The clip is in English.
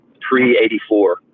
pre-84